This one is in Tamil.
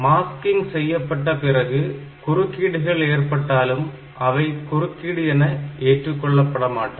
மாஸ்கிங் செய்யப்பட்ட பிறகு குறுக்கீடுகள் ஏற்பட்டாலும் அவை குறுக்கீடு என ஏற்றுக்கொள்ளப்படமாட்டாது